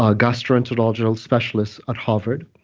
ah gastroenterologist specialist at harvard,